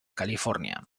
california